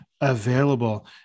available